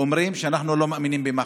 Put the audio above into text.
שאנחנו לא מאמינים במח"ש.